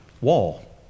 wall